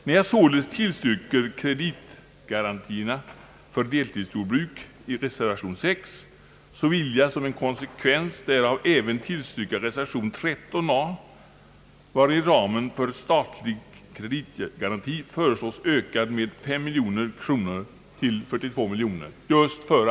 När jag således tillstyrker kreditgarantierna för deltidsjordbruk enligt reservation 6 vill jag som en konsekvens därav även tillstyrka reservation 13 a, vari ramen för statlig kreditgaranti föreslås ökas med 5 miljoner till 42 miljoner kronor.